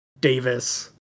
Davis